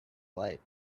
late